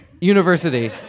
University